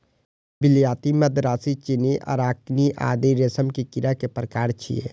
विलायती, मदरासी, चीनी, अराकानी आदि रेशम के कीड़ा के प्रकार छियै